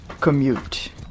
commute